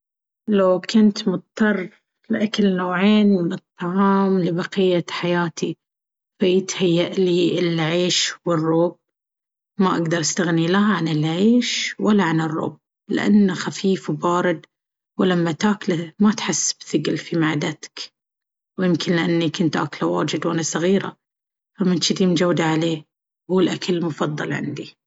لو كنت مضطر لأكل نوعين من الطعام لبقية حياتي فيتهيألي العيش والروب. ما أقدر أستغني لا عن العيش ولا عن الروب لأن خفيف وبارد ولما تاكله ما تحس بثقل في معدتك ويمكن لأني كنت آكله واجد واني صغيرة فمن جدي مجودة عليه وهو الأكل المفضل عندي.